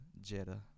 Jetta